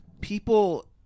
people